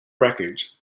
records